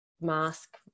mask